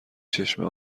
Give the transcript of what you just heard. چشمه